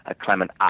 Clement